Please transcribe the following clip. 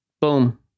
boom